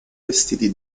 vestiti